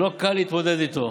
שלא קל להתמודד איתו.